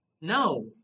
No